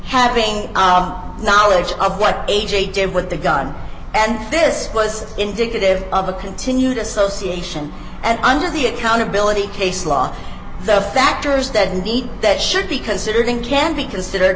having knowledge of what a j did with the gun and this was indicative of a continued association and under the accountability case law the factors that need that should be considered in can be considered